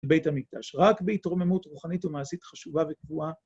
בית המקדש, רק בהתרוממות רוחנית ומעשית חשובה וקבועה.